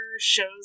shows